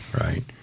right